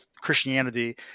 Christianity